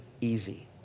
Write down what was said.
easy